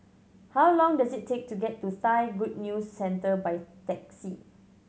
how long does it take to get to Thai Good News Centre by taxi